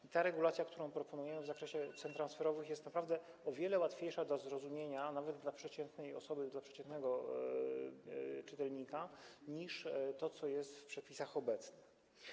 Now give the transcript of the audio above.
I ta regulacja, którą proponujemy w zakresie cen transferowych, jest naprawdę o wiele łatwiejsza do zrozumienia nawet dla przeciętnej osoby, dla przeciętnego czytelnika niż to, co jest w przepisach obecnych.